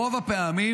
רוב הפעמים,